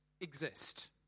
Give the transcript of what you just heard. exist